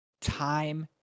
time